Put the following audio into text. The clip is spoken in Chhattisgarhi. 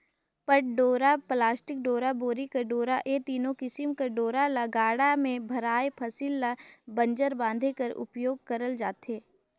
पट डोरा, पलास्टिक डोरा, बोरी कर डोरा ए तीनो किसिम कर डोरा ल गाड़ा मे भराल फसिल ल बंजर बांधे बर उपियोग करल जाथे